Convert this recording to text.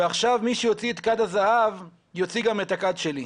ועכשיו מי שיוציא את כד הזהב יוציא גם את הכד שלי'.